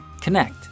Connect